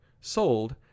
sold